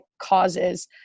causes